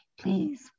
please